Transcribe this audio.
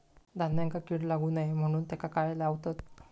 धान्यांका कीड लागू नये म्हणून त्याका काय लावतत?